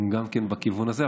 הן גם כן בכיוון הזה,